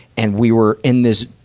and we were in this,